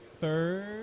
third